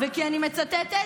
אני מצטטת: